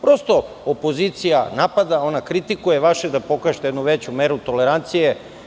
Prosto, opozicija napada, ona kritikuje, a vaše je da pokažete jednu veću meru tolerancije.